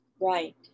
Right